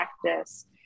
practice